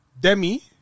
Demi